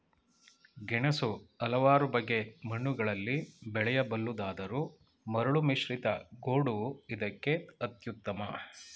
ಗೆಣಸು ಹಲವಾರು ಬಗೆ ಮಣ್ಣುಗಳಲ್ಲಿ ಬೆಳೆಯಬಲ್ಲುದಾದರೂ ಮರಳುಮಿಶ್ರಿತ ಗೋಡು ಇದಕ್ಕೆ ಅತ್ಯುತ್ತಮ